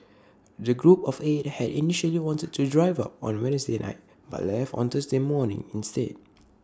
the group of eight had initially wanted to drive up on Wednesday night but left on Thursday morning instead